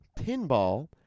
pinball